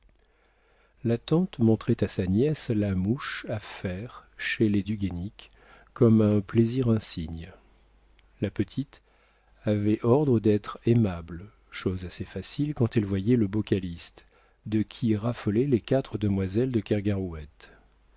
la tante montrait à sa nièce la mouche à faire chez les du guénic comme un plaisir insigne la petite avait ordre d'être aimable chose assez facile quand elle voyait le beau calyste de qui raffolaient les quatre demoiselles de